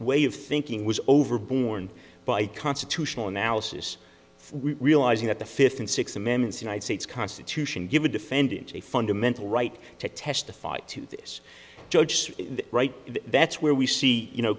way of thinking was over borne by constitutional analysis realizing that the fifth and sixth amendments united states constitution give a defendant a fundamental right to testify to this judge right that's where we see you know